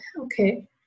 Okay